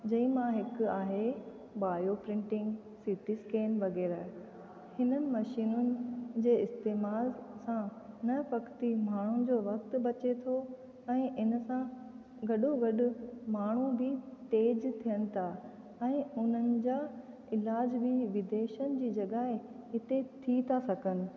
जंहिं मां हिकु आहे बायो प्रिंटिंग सिटी स्कैन वग़ैरह हिननि मशीनुनि जे इस्तेमाल सां न पकती माण्हुनि जो वक़्तु बचे थो ऐं इन सां गॾो गॾु माण्हू बि तेजु थियनि था ऐं उन्हनि जा इलाज बि विदेशनि जी जॻहि हिते थी था सघनि